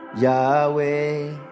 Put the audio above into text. yahweh